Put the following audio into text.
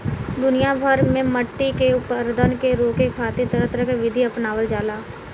दुनिया भर में मट्टी के अपरदन के रोके खातिर तरह तरह के विधि अपनावल जाला